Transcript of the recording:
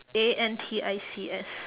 A N T I C S